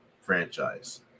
franchise